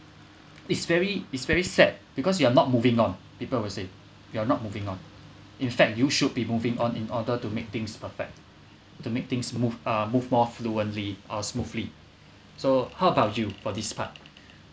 it's very it's very sad because we are not moving on people will say you are not moving on in fact you should be moving on in order to make things perfect to make things move uh move more fluently or smoothly so how about you for this part